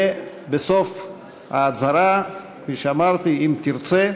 ובסוף ההצהרה, כפי שאמרתי, אם תרצה,